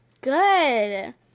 Good